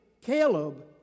Caleb